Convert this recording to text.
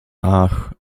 ach